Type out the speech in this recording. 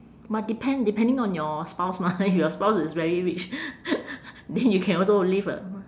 but depend~ depending on your spouse mah if your spouse is very rich then you can also live a